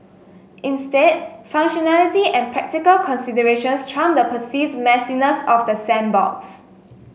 instead functionality and practical considerations trump the perceived messiness of the sandbox